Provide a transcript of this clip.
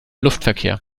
luftverkehr